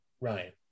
Ryan